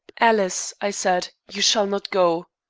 alice, i said, you shall not go.